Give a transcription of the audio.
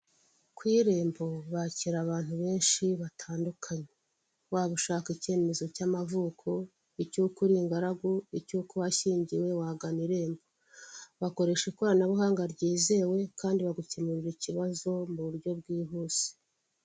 Ku irembo bakira abantu benshi batandukanye waba ushaka icyemezo cy'amavuko icy'uko uri ingaragu, icy'uko washyingiwe wagana irembo bakoresha ikoranabuhanga, ryizewe kandi bagukemurira ikibazo mu buryo bwihuse.